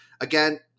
again